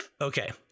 okay